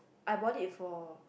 I bought it for